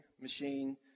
machine